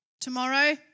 tomorrow